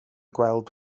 gweld